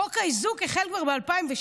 חוק האיזוק האלקטרוני